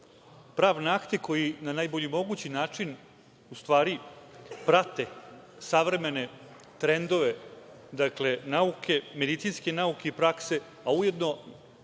pravne akte koji na najbolji mogući način u stvari prate savremene trendove medicinske nauke i prakse, a ujedno